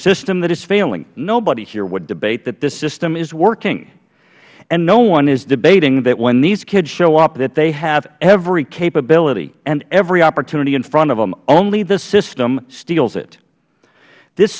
system that is failing nobody here would debate that this system is working and no one is debating that when these kids show up that they have every capability and every opportunity in front of them only the system steals it this